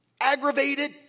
Aggravated